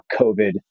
COVID